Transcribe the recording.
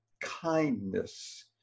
kindness